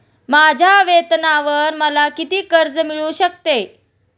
माझ्या वेतनावर मला किती कर्ज मिळू शकते?